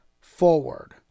forward